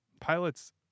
pilots